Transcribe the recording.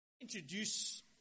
Introduce